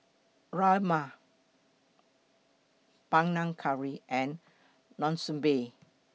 Rajma Panang Curry and Monsunabe